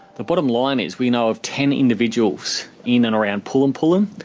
the bottom line is we know of ten individuals in and around pullen pullen,